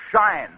shine